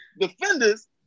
Defenders